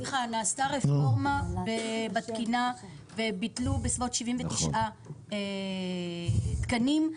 - -בתקינה וביטלו בסביבות 79 תקנים.